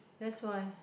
that's why